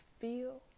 feel